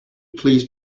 please